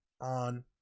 on